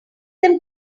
them